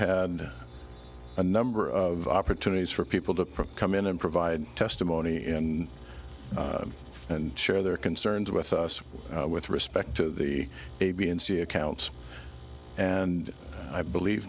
had a number of opportunities for people to provoke come in and provide testimony in and share their concerns with us with respect to the a b and c accounts and i believe